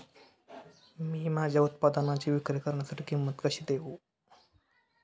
मी माझ्या उत्पादनाची विक्री करण्यासाठी किंमत कशी देऊ?